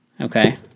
okay